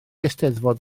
eisteddfod